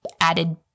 added